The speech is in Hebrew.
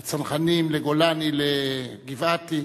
לצנחנים, לגולני, לגבעתי,